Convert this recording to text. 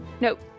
Nope